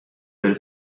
del